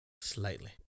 Slightly